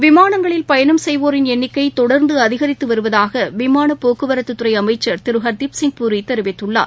விமானங்களில் பயணம் செய்வோரின் எண்ணிக்கை தொடர்ந்து அதிகரித்து வருவதாக விமான போக்குவரத்துறை அமைச்சர் திரு ஹர்தீப் சிங் பூரி தெரிவித்துள்ளார்